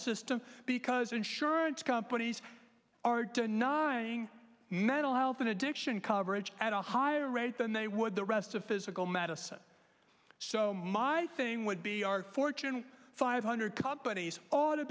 system because insurance companies are denying mental health and addiction coverage at a higher rate than they would the rest of physical medicine so my thing would be our fortune five hundred companies ought to